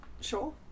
Sure